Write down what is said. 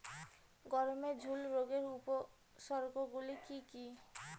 গমের ঝুল রোগের উপসর্গগুলি কী কী?